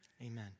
amen